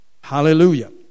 Hallelujah